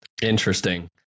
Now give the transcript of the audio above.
Interesting